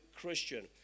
Christian